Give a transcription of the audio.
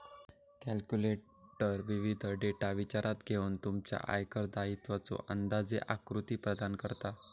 calculator विविध data विचारात घेऊन तुमच्या आयकर दायित्वाचो अंदाजे आकृती प्रदान करता